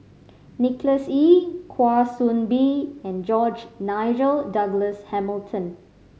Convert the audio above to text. Nicholas Ee Kwa Soon Bee and George Nigel Douglas Hamilton